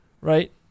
right